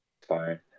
fine